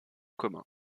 commun